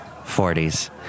40s